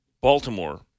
Baltimore